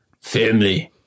Family